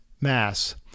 Mass